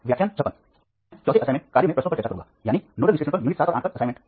यहाँ मैं चौथे असाइनमेंट कार्य में प्रश्नों पर चर्चा करूँगा यानी नोडल विश्लेषण पर यूनिट 7 और 8 पर असाइनमेंट